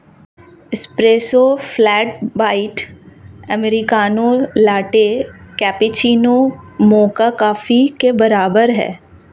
espresso, flat white, americano, latte, cappuccino, mocha coffee के प्रकार हैं